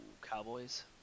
Cowboys